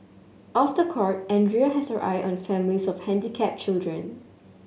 off the court Andrea has her eye on families of handicapped children